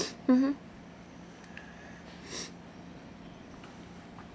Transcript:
mmhmm